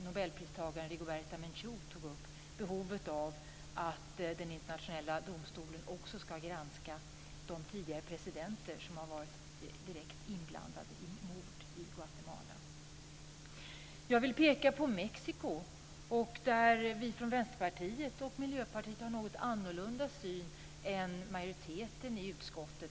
Nobelpristagaren Rigoberta Menchú tog senast upp behovet av att den internationella domstolen också ska granska de tidigare presidenter som har varit direkt inblandade i mord i Guatemala. Jag vill peka på Mexiko. Vi från Vänsterpartiet och Miljöpartiet har en något annorlunda syn än majoriteten i utskottet.